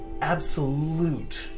absolute